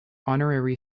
honorary